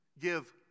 Give